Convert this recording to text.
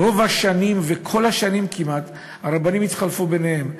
רוב השנים וכל השנים כמעט הרבנים התחלפו ביניהם: